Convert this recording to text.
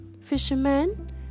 Fisherman